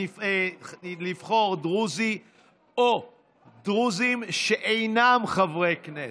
לבחור דרוזי או דרוזים שאינם חברים כנסת.